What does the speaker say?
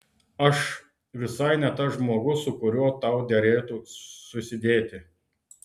aš visai ne tas žmogus su kuriuo tau derėtų susidėti